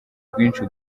bwinshi